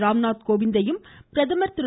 ராம்நாத் கோவிந்தையும் பிரதமர் திரு